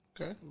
Okay